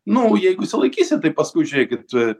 nu jeigu išsilaikysit tai paskui žiūrėkit